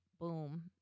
boom